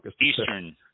Eastern